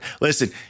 Listen